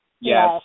Yes